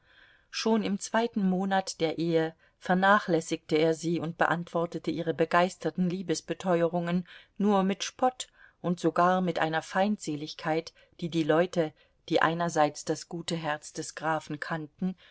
schon im zweiten monat der ehe vernachlässigte er sie und beantwortete ihre begeisterten liebesbeteuerungen nur mit spott und sogar mit einer feindseligkeit die die leute die einerseits das gute herz des grafen kannten